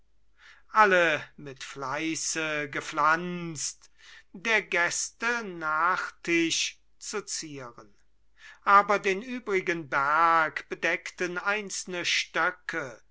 alle mit fleiße gepflanzt der gäste nachtisch zu zieren aber den übrigen berg bedeckten einzelne stöcke